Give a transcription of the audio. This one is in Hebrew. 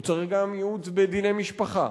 הוא צריך גם ייעוץ בדיני משפחה.